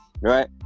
right